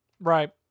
right